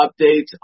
updates